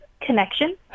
connection